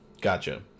gotcha